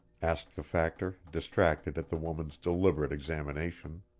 asked the factor, distracted at the woman's deliberate examination.